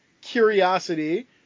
curiosity